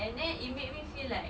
and then it made me feel like